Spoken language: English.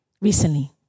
recently